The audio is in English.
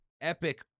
epic